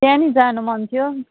त्यहाँ नि जानु मन थियो